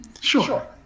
Sure